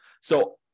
So-